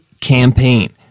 campaign